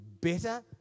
better